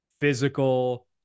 physical